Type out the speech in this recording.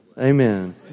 Amen